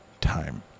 time